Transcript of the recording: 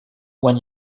when